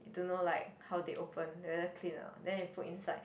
don't know like how they open whether clean or not then they put inside